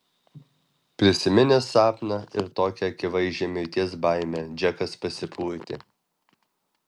prisiminęs sapną ir tokią akivaizdžią mirties baimę džekas pasipurtė